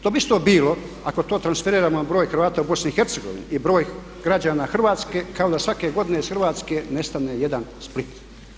To bi isto bilo ako to transferiramo na broj Hrvata u BIH i broj građana Hrvatske kako da svake godine iz Hrvatske nestane jedan Split.